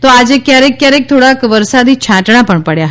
તો આજે ક્યારેક ક્યારેક થોડા વરસાદી છાંટણા પડ્યા હતા